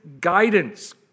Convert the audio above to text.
guidance